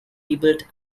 rebuilt